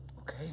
okay